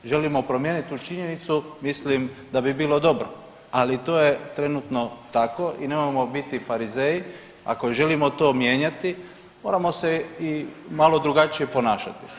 Želimo promijeniti tu činjenicu mislim da bi bilo dobro, ali to je trenutno tako i nemojmo biti Farizeji ako želimo to mijenjati moramo se i malo drugačije ponašati.